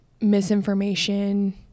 misinformation